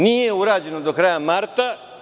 Nije urađeno do kraja marta.